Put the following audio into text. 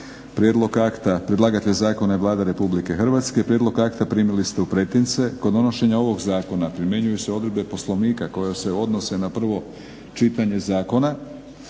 Prijedlog akta primili ste u pretince. Kod donošenja ovog zakona primjenjuju se odredbe Poslovnika koje se odnose na prvo čitanje zakona.